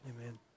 Amen